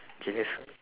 okay that's